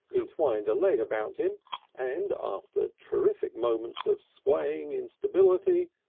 entwined a leg about him and after terrific moments of swaying instability,